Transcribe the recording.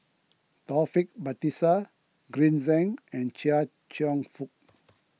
Taufik Batisah Green Zeng and Chia Cheong Fook